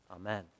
Amen